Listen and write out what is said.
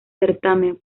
certamen